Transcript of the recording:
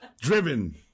Driven